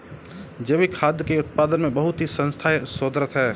जैविक खाद्य के उत्पादन में बहुत ही संस्थाएं शोधरत हैं